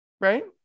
right